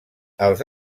els